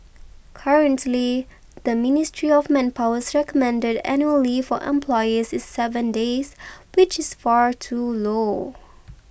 currently the ministry of manpower's recommended annual leave for employees is seven days which is far too low